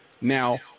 Now